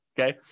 Okay